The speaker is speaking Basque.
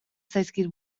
zaizkit